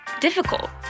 difficult